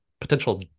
potential